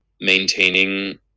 maintaining